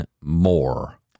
more